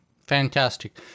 Fantastic